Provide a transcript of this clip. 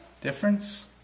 difference